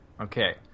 Okay